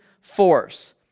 force